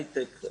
הייטק,